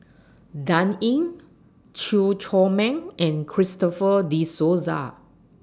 Dan Ying Chew Chor Meng and Christopher De Souza